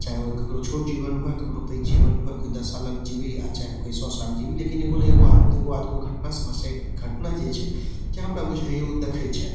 चाहे ओ ककरो छोट जीवन होअए ककरो पैघ जीवन होअए कोइ दस सालक जिबी आ चाहे कि सौ साल जीबी लेकिन एगो ने एगो एगो आध गो घटना मे से घटना जे छै हमरा बुझाइये ओ दरखै छैथ